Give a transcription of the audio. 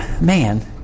man